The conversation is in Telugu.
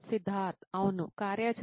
సిద్ధార్థ్ అవును కార్యాచరణ సమయంలో